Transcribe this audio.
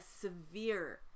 severe